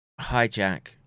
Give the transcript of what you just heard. hijack